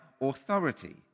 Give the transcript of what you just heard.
authority